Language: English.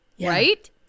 right